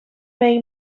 may